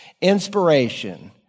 Inspiration